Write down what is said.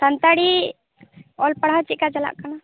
ᱥᱟᱱᱛᱟᱲᱤ ᱚᱞ ᱯᱟᱲᱦᱟᱣ ᱪᱮᱫᱠᱟ ᱪᱟᱞᱟᱜ ᱠᱟᱱᱟ